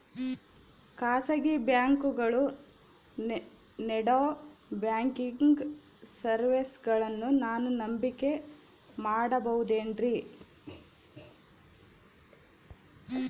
ಖಾಸಗಿ ಬ್ಯಾಂಕುಗಳು ನೇಡೋ ಬ್ಯಾಂಕಿಗ್ ಸರ್ವೇಸಗಳನ್ನು ನಾನು ನಂಬಿಕೆ ಮಾಡಬಹುದೇನ್ರಿ?